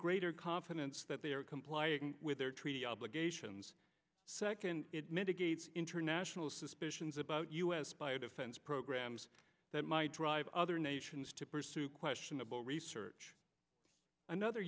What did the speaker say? greater confidence that they are complying with their treaty obligations second it mitigates international suspicions about u s biodefense programs that might drive other nations to pursue questionable